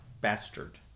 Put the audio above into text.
Bastard